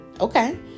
Okay